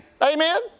Amen